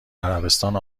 عربستان